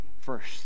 first